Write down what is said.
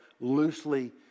loosely